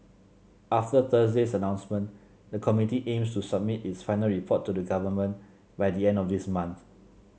after Thursday's announcement the committee aims to submit its final report to the Government by the end of this month